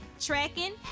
tracking